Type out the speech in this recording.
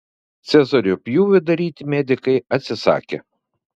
cezario pjūvį daryti medikai atsisakė